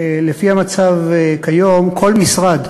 לפי המצב כיום, כל משרד